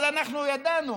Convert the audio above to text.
אבל אנחנו ידענו,